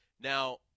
Now